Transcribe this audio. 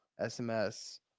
sms